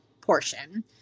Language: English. portion